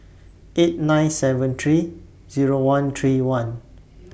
eight nine seven three Zero one three one